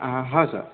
आ हा सर